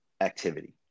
activity